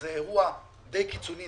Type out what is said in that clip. וזה אירוע די קיצוני,